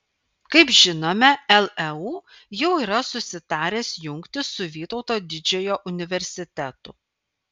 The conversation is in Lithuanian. kaip žinome leu jau yra susitaręs jungtis su vytauto didžiojo universitetu